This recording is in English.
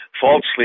falsely